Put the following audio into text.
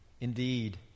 Indeed